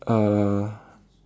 uh